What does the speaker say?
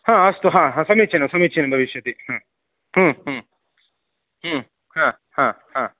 अस्तु समीचीनं समीचीनं भविष्यति